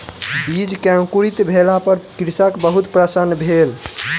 बीज के अंकुरित भेला पर कृषक बहुत प्रसन्न भेल